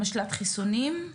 משל"ט חיסונים.